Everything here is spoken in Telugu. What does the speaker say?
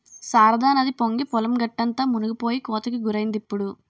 శారదానది పొంగి పొలం గట్టంతా మునిపోయి కోతకి గురైందిప్పుడు